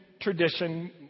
tradition